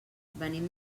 venim